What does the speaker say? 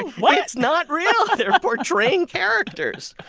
what? it's not real. they're portraying characters.